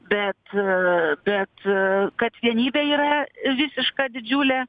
bet bet kad vienybė yra visiška didžiulė